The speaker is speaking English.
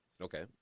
okay